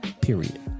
period